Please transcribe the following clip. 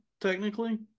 technically